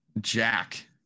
Jack